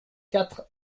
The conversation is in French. quatre